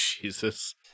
jesus